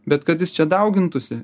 bet kad jis čia daugintųsi